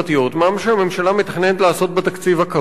מה שהממשלה מתכננת לעשות בתקציב הקרוב זה